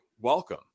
Welcome